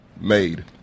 made